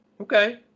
okay